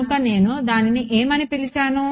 కనుక నేను దానిని ఏమని పిలిచాను